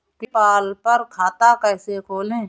PayPal पर खाता कैसे खोलें?